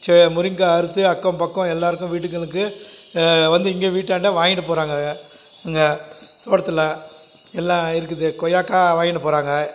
ச முருங்கக்காய் அறுத்து அக்கம் பக்கம் எல்லாேருக்கும் வீடுங்களுக்கு வந்து இங்கே வீட்டாண்ட வாங்கிட்டு போகிறாங்க இங்கே தோட்டத்தில் எல்லாம் இருக்குது கொய்யாக்காய் வாங்கிட்டு போகிறாங்க